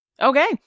Okay